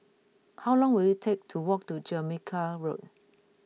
how long will it take to walk to Jamaica Road